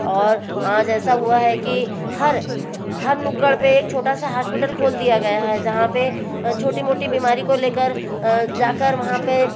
और आज ऐसा हुआ है कि हर हर नुक्कड़ पे एक छोटा सा हास्पिटल खोल दिया गया है जहाँ पे छोटी मोटी बीमारी को लेकर जाकर वहाँ पे